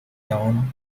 town